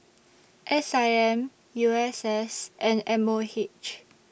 S I M U S S and M O H